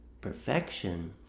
perfection